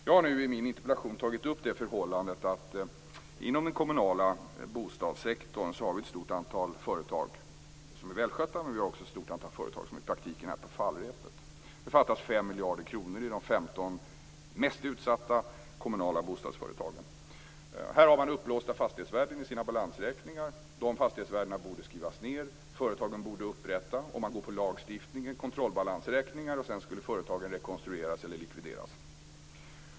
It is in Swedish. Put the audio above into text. Jag har nu i min interpellation tagit upp det förhållande att vi inom den kommunala bostadssektorn har ett stort antal företag som är välskötta, men också ett stort antal företag som i praktiken är på fallrepet. Det fattas 5 miljarder kronor i de 15 mest utsatta kommunala bostadsföretagen. Här har man uppblåsta fastighetsvärden i sina balansräkningar. De fastighetsvärdena borde skrivas ned. Företagen borde, om de följer lagen, upprätta kontrollbalansräkningar. Sedan skulle företagen rekonstrueras eller likvideras.